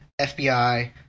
FBI